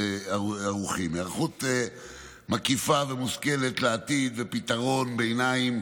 ערוכים היערכות מקיפה ומושכלת לעתיד ופתרון ביניים